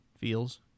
feels